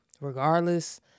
regardless